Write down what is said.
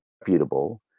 reputable